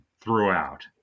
throughout